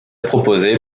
proposée